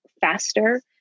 faster